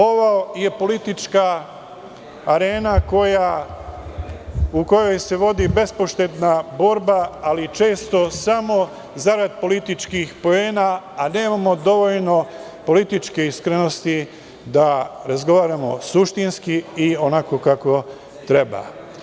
Ovo je politička arena u kojoj se vodi bespoštedna borba, ali često samo zarad političkih poena, a nemamo dovoljno političke iskrenosti da razgovaramo suštinski i onako kako treba.